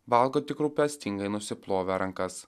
valgo tik rūpestingai nusiplovę rankas